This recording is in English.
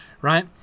right